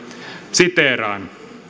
siteeraan